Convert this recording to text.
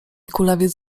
kulawiec